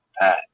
Pat